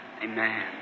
Amen